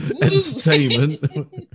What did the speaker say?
entertainment